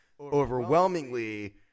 overwhelmingly